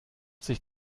sich